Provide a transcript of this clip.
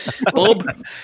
Bob